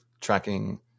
tracking